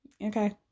Okay